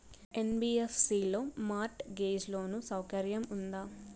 NBFC లో mortgage loan సౌకర్యం ఉందా?